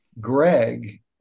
Greg